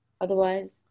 Otherwise